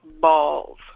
balls